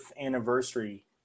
anniversary